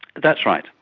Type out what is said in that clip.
that's right,